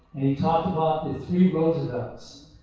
and he talked about the three roosevelts.